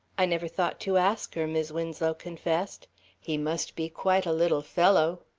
i never thought to ask her, mis' winslow confessed he must be quite a little fellow.